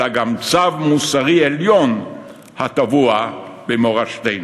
אלא גם צו מוסרי עליון הטבוע במורשתנו.